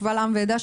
קבל עם ועדה,